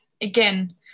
again